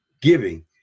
giving